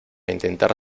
intentar